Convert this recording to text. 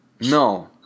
No